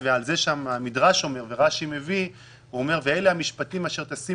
המדרש אומר כך: "ואלה המשפטים אשר תשים